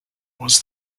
was